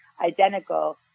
identical